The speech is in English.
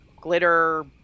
glitter